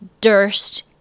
Durst